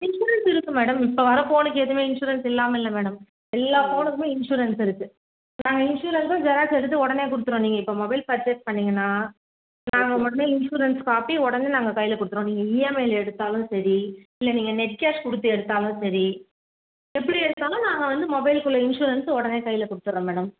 insurance இருக்கு madam இப்போ வர ஃபோனுக்கு எதுவுமே இன்சூரன்ஸ் இல்லாமல் இல்லை மேடம் எல்லா ஃபோனுக்குமே இன்சூரன்ஸ் இருக்கு நாங்கள் இன்சூரன்ஸும் ஜெராக்ஸ் எடுத்து உடனே கொடுத்துருவோம் நீங்கள் இப்போ மொபைல் பர்ச்சேஸ் பண்ணிங்கன்னா நாங்கள் உடனே இன்சூரன்ஸ் காப்பி உடனே நாங்க கையில் கொடுத்துருவோம் நீங்கள் இஎம்ஐயில எடுத்தாலும் சரி இல்லை நீங்கள் நெட் கேஷ் கொடுத்து எடுத்தாலும் சரி எப்படி எடுத்தாலும் நாங்கள் வந்து மொபைலுக்குள்ளே இன்சூரன்ஸு உடனே கையில் கொடுத்துட்றோம் மேடம்